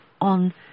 on